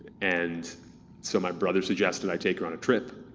and so my brother suggested i take her on a trip,